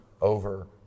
over